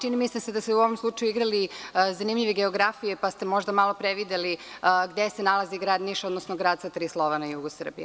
Čini mi se da ste se u ovom slučaju igrali zanimljive geografije, pa ste možda malo prevideli gde se nalazi Grad Niš, odnosno grad sa tri slova na jugu Srbije.